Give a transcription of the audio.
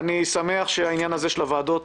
אני שמח שהעניין הזה של הוועדות